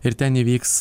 ir ten įvyks